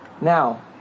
now